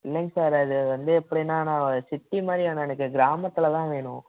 இல்லைங்க சார் அது வந்து எப்படின்னா நான் சிட்டி மாதிரி வேணாம் எனக்கு கிராமத்தில் தான் வேணும்